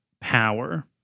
power